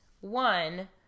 One